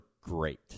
great